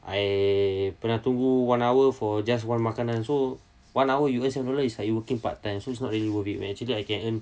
I pernah tunggu one hour for just one makanan so one hour you guys is like you working part time so it's not really worth it man actually I can earn